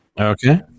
Okay